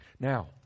Now